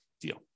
deal